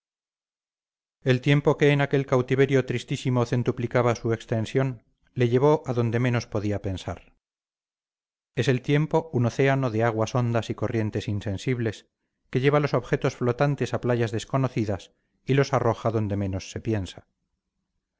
el tiempo que en aquel cautiverio tristísimo centuplicaba su extensión le llevó a donde menos podía pensar es el tiempo un océano de aguas hondas y corrientes insensibles que lleva los objetos flotantes a playas desconocidas y los arroja donde menos se piensa